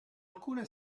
alcune